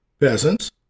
Peasants